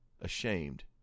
ashamed